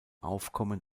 aufkommen